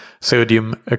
sodium